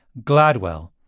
GLADWELL